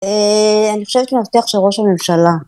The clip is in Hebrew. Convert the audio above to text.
אה... אני חושבת מאבטח של ראש הממשלה.